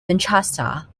manchester